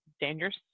dangerous